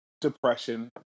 depression